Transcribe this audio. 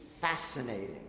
fascinating